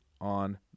on